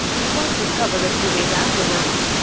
it was discovered a few days afterwards,